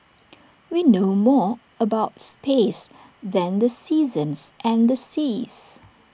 we know more about space than the seasons and the seas